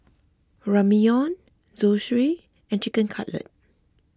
Ramyeon Zosui and Chicken Cutlet